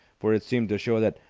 for it seemed to show that,